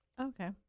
Okay